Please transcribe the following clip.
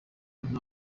nta